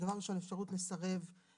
דבר ראשון אפשרות לעבוד,